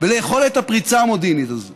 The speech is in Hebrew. וליכולת הפריצה המודיעינית הזאת